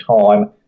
time